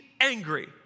angry